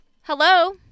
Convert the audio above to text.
Hello